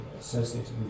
associated